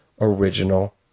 original